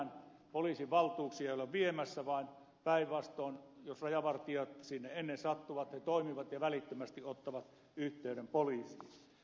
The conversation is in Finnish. poliisin valtuuksia ei olla viemässä vaan päinvastoin jos rajavartijat sinne ensin sattuvat he toimivat ja välittömästi ottavat yhteyden poliisiin